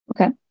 Okay